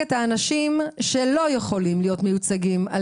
לייצג את האנשים שלא יכולים להיות מיוצגים על